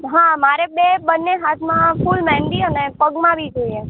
હા મારે બે બંને હાથમાં ફુલ મહેંદી અને પગમાં બી જોઈએ છે